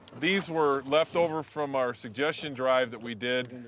these were left over from our suggestion drive that we did,